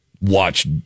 Watch